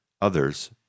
Others